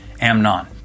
Amnon